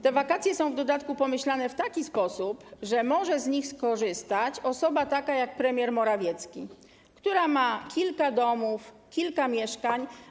Te wakacje są w dodatku pomyślane w taki sposób, że może z nich skorzystać osoba taka jak premier Morawiecki, która ma kilka domów, kilka mieszkań.